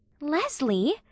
Leslie